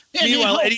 Meanwhile